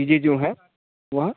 चीज़ें जो हैं वह